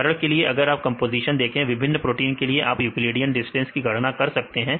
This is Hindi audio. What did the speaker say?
उदाहरण के लिए अगर आप कंपोजिशन देखें विभिन्न प्रोटीन के लिए आप यूक्लिडियन डिस्टेंस की गणना कर सकते हैं